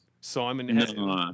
Simon